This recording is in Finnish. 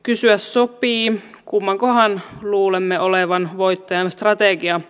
kysyä sopii kummankohan luulemme olevan voittajan strategia